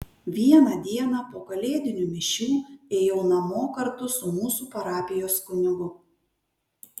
vieną dieną po kalėdinių mišių ėjau namo kartu su mūsų parapijos kunigu